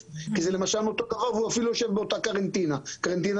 כי זה אותו הדבר והוא אפילו יושב באותה קרנטינה קרנטינה